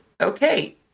okay